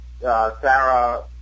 Sarah